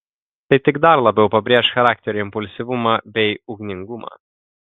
tai tik dar labiau pabrėš charakterio impulsyvumą bei ugningumą